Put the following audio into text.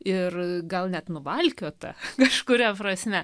ir gal net nuvalkiota kažkuria prasme